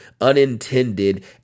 unintended